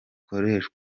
kuvura